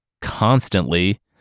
constantly